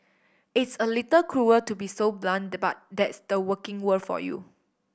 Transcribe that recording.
it's a little cruel to be so blunt but that's the working world for you